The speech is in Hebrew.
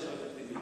בבקשה, אחמד טיבי.